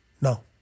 No